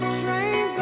train